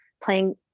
playing